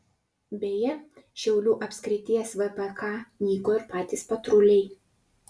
beje šiaulių apskrities vpk nyko ir patys patruliai